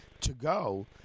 to-go